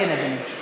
כן, אדוני.